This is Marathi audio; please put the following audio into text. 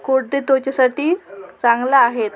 कोरडे त्वचेसाठी चांगलं आहेत